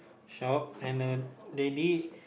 shop and the lady